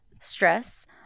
stress